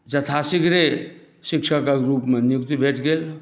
यथाशीघ्रे शिक्षकके रूपमे नियुक्त्ति भेट गेल